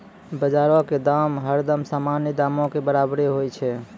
बजारो के दाम हरदम सामान्य दामो के बराबरे होय छै